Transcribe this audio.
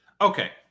Okay